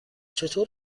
چطور